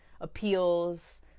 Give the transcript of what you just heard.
appeals